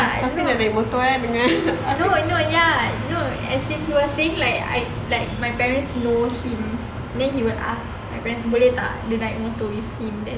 I know I know ya I know as in I like my parents know he then he will ask boleh tak naik motor with him